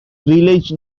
village